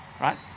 right